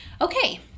Okay